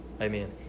Amen